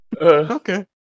Okay